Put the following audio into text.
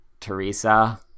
Teresa